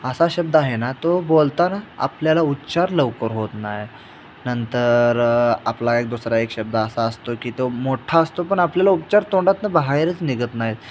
असा शब्द आहे ना तो बोलताना आपल्याला उच्चार लवकर होत नाही नंतर आपला एक दुसरा एक शब्द असा असतो की तो मोठ्ठा असतो पण आपल्याला उच्चार तोंडातनं बाहेरच निघत नाहीत